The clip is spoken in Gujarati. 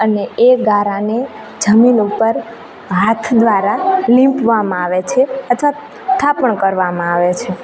અને એ ગારાને જમીન ઉપર હાથ દ્વારા લિંપવામાં આવે છે અથવા થાપણ કરવામાં આવે છે